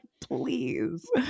please